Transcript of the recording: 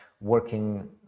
working